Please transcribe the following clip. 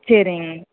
சேரிங்க